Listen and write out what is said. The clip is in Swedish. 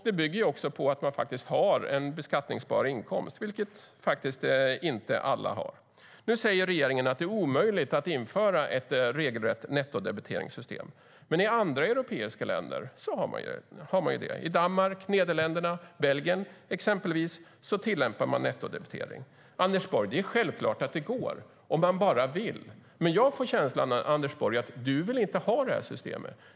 Det bygger också på att man har en beskattningsbar inkomst, vilket inte alla har. Regeringen säger att det är omöjligt att införa ett regelrätt nettodebiteringssystem. Men i andra europeiska länder har man det. I exempelvis Danmark, Nederländerna och Belgien tillämpas nettodebitering. Anders Borg! Det är självklart att det går om man bara vill. Men jag får känslan av att du, Anders Borg, inte vill detta system.